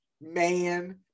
man